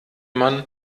man